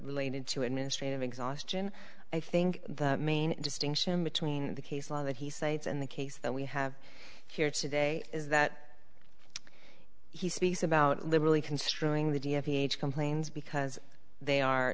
related to administrative exhaustion i think the main distinction between the case law that he cites and the case that we have here today is that he speaks about literally construing the d m ph complains because they are